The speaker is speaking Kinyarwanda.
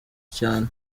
cyane